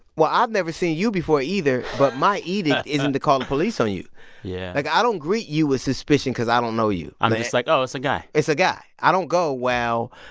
well, i've never seen you before either, but my edict isn't to call the police on you yeah like i don't greet you with suspicion because i don't know you i'm just like, oh, it's a guy it's a guy. i don't go, well,